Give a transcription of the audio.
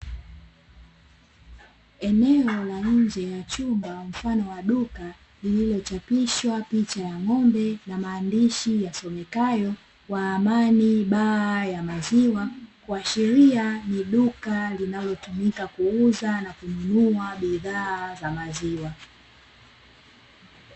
Eneo la nje ya chumba mfano wa duka, lililochapishwa picha ya ng'ombe na maandishi yasomekayo " Waamani baa ya maziwa" kuashiria ni duka linalotumika kuuza na kununua bidhaa za maziwa.